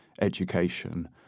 education